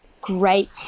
great